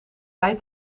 bij